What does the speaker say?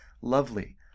lovely